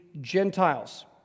Gentiles